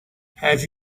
have